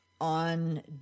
on